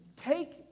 take